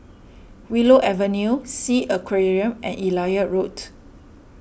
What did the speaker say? Willow Avenue Sea Aquarium and Elliot Road